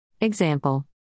Example